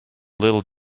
little